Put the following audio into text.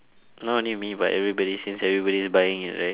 not only me but everybody since everybody is buying it right